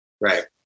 Right